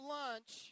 lunch